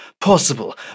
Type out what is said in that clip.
possible